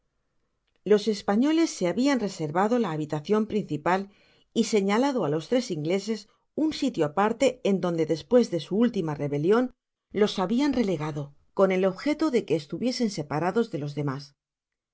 los españoles se habian reservado la habitacion principal y señalado á los tres ingleses un sitio aparte en donde despues de su última rebelion los habian relegado con el objeto de que estuviesen separados de los demas no